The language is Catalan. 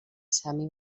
sami